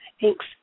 Thanks